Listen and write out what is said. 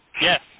Yes